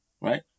right